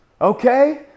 okay